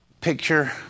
picture